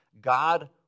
God